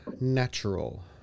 natural